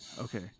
Okay